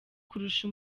kurusha